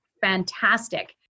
fantastic